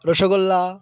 rasgulla